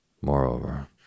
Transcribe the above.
Moreover